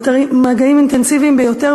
מגעים אינטנסיביים ביותר,